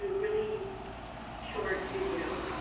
really short video,